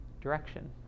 direction